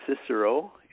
Cicero